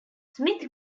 smith